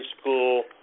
school